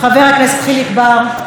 חבר הכנסת חיליק בר,